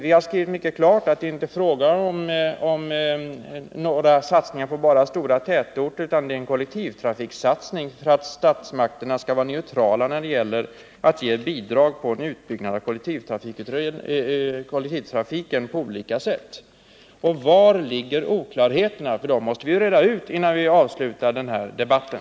Vi har skrivit mycket klart att det inte är fråga om satsningar enbart på stora tätorter utan om en kollektivtrafiksatsning som innebär att statsmakterna skall vara neutrala när det gäller att ge bidrag för en utbyggnad av kollektivtrafiken på olika sätt. Vari ligger oklarheterna? Det måste vi ju reda ut, innan vi avslutar den här debatten.